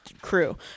crew